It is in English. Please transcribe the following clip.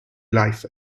life